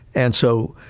and so,